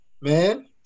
man